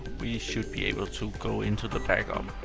we should be able to go into the backup.